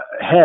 head